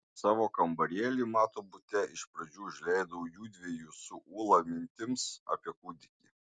savo kambarėlį mato bute iš pradžių užleidau jųdviejų su ūla mintims apie kūdikį